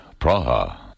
Praha